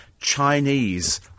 Chinese